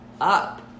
up